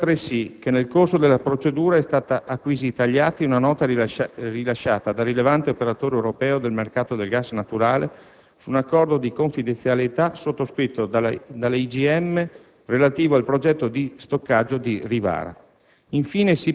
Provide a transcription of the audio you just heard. Si sottolinea, altresì, che nel corso della procedura è stata acquisita agli atti una nota rilasciata da rilevante operatore europeo del mercato del gas naturale su un accordo di confidenzialità sottoscritto con la IGM relativo al progetto di stoccaggio di Rivara.